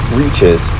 reaches